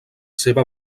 seva